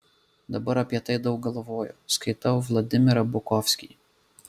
dabar apie tai daug galvoju skaitau vladimirą bukovskį